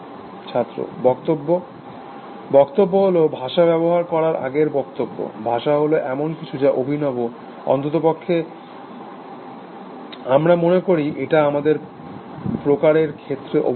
ছাত্র বক্তব্য বক্তব্য হল ভাষা ব্যবহার করার আগের বক্তব্য ভাষা হল এমন কিছু যা অভিনব অন্ততপক্ষে আমরা মনে করি এটা আমাদের প্রকারের ক্ষেত্রে অভিনব